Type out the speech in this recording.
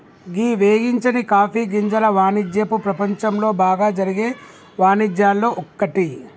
గీ వేగించని కాఫీ గింజల వానిజ్యపు ప్రపంచంలో బాగా జరిగే వానిజ్యాల్లో ఒక్కటి